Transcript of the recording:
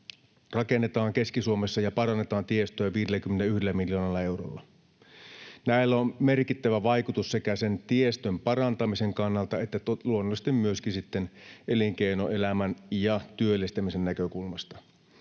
rakennetaan Keski-Suomessa ja parannetaan tiestöä 51 miljoonalla eurolla. Näillä on merkittävä vaikutus sekä sen tiestön parantamisen kannalta että luonnollisesti myöskin elinkeinoelämän ja työllistämisen näkökulmasta.